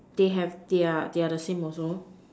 they have they are they are the same also